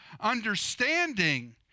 understanding